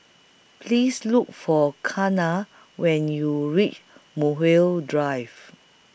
Please Look For Kiana when YOU REACH Muswell Hill